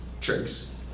tricks